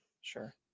sure